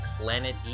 Planet